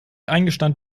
eingestand